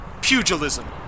Pugilism